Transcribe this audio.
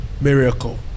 miracle